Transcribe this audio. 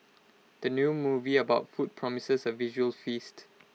the new movie about food promises A visual feast